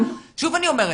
שוב אני אומרת,